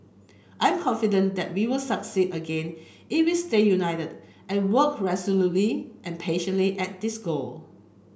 I am confident that we will succeed again if we stay united and work resolutely and patiently at this goal